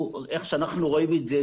איך שאנחנו רואים את זה,